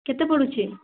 କେତେ ପଡ଼ୁଛି